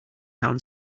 town